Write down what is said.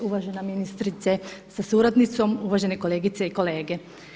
Uvažena ministrice sa suradnicom, uvažene kolegice i kolege.